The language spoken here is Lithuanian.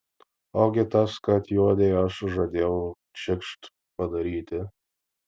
ogi tas kad juodei aš žadėjau čikšt padaryti